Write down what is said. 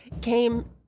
came